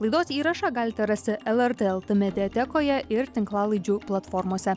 laidos įrašą galite rasti lrt lt mediatekoje ir tinklalaidžių platformose